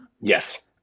Yes